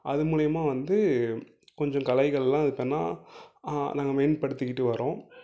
அது மூலயமா வந்து கொஞ்சம் கலைகள்லாம் இது பண்ணிணா நாங்கள் மேன்படுத்திகிட்டு வரோம்